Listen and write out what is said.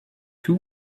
two